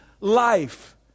life